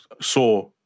saw